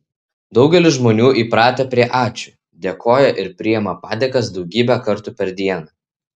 daugelis žmonių įpratę prie ačiū dėkoja ir priima padėkas daugybę kartų per dieną